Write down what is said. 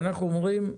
ואנחנו אומרים כן,